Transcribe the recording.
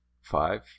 five